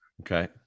okay